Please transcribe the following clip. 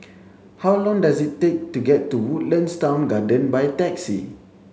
how long does it take to get to Woodlands Town Garden by taxi